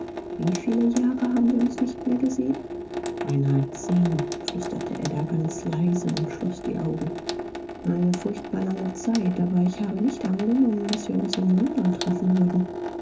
wie viel jahre haben wir uns nicht mehr gesehen beinahe zehn flüsterte ada ganz leise und schloß die augen eine furchtbar lange zeit aber ich habe nicht angenommen daß wir uns in london treffen würden